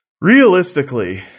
Realistically